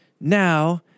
now